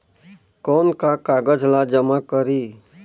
कौन का कागज ला जमा करी?